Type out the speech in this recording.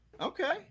Okay